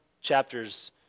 chapters